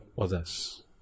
others